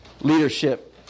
leadership